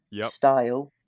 style